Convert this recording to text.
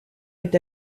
est